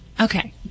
okay